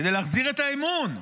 כדי להחזיר את האמון.